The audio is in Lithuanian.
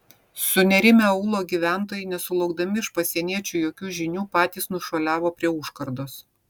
sunerimę aūlo gyventojai nesulaukdami iš pasieniečių jokių žinių patys nušuoliavo prie užkardos